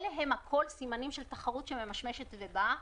אלה כולם סימנים של תחרות שממשמשת ובאה.